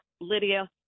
Lydia